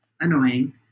annoying